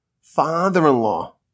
father-in-law